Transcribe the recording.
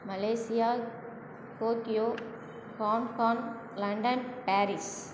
Malaysia Tokyo Hong Kong London Paris